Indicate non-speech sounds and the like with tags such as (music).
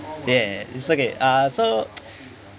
there is okay uh so (noise)